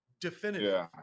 definitive